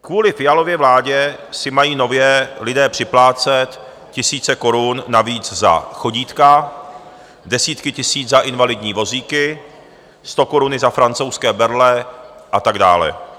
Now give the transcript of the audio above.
Kvůli Fialově vládě si mají nově lidé připlácet tisíce korun navíc za chodítka, desítky tisíc za invalidní vozíky, stokoruny za francouzské berle a tak dále.